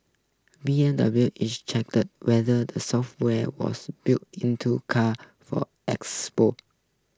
B M W is checked whether the software was built into cars for export